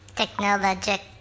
technologic